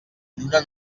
lluna